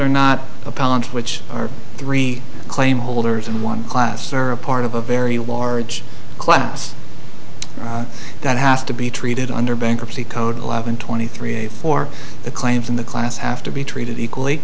apologise which are three claim holders in one class or a part of a very large class that has to be treated under bankruptcy code eleven twenty three for the claims in the class have to be treated equally